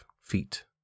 feet